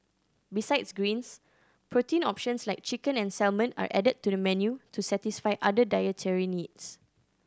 besides greens protein options like chicken and salmon are added to the menu to satisfy other dietary needs